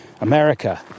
America